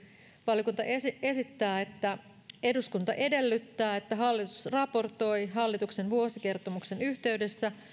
valiokunta esittää että eduskunta edellyttää että hallitus raportoi hallituksen vuosikertomuksen yhteydessä